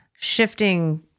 shifting